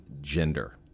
gender